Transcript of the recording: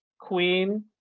queen